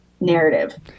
narrative